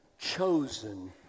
chosen